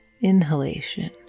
inhalation